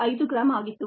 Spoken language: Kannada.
5 ಗ್ರಾಂ ಆಗಿತ್ತು